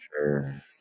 sure